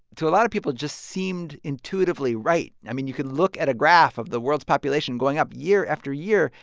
to a lot of people, just seemed intuitively right. i mean, you could look at a graph of the world's population going up year after year.